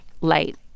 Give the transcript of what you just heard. light